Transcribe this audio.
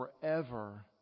forever